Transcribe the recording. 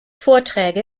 vorträge